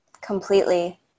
Completely